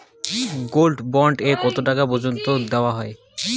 Gold bond এ কতো টাকা পর্যন্ত দেওয়া হয়?